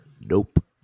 Nope